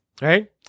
right